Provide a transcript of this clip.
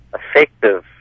effective